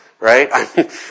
right